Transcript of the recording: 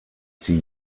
see